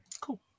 cool